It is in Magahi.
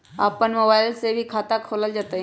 अपन मोबाइल से भी खाता खोल जताईं?